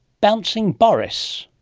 bouncing boris.